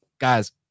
guys